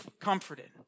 comforted